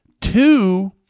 Two